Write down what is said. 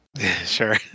Sure